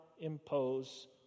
impose